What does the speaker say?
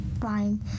Fine